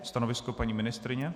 Stanovisko paní ministryně?